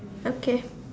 okay